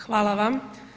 Hvala vam.